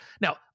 Now